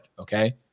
Okay